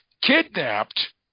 kidnapped